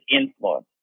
influence